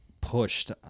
pushed